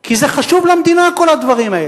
כי זה חשוב למדינה, כל הדברים האלה.